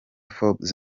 forbes